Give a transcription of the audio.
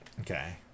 Okay